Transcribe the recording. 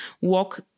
walk